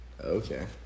Okay